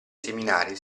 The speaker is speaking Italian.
seminari